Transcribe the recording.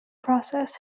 process